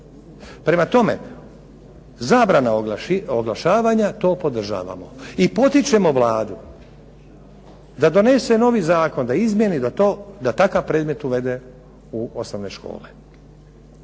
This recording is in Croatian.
Prema tome, zabrana oglašavanja to podržavamo i potičemo Vladu da donese novi zakon, da izmjeni, da takav predmet uvede u osnovne škole.